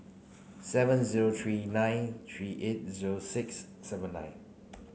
seven zero three nine three eight zero six seven nine